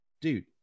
Dude